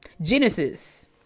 Genesis